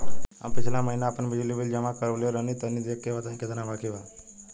हम पिछला महीना आपन बिजली बिल जमा करवले रनि तनि देखऽ के बताईं केतना बाकि बा?